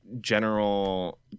general